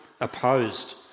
opposed